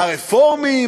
הרפורמים?